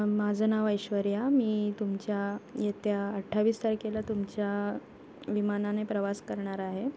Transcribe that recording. माझं नाव ऐश्वर्या मी तुमच्या येत्या अठ्ठावीस तारखेला तुमच्या विमानाने प्रवास करणार आहे